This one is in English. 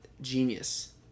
genius